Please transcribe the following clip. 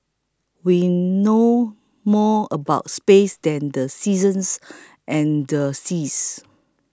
we know more about space than the seasons and the seas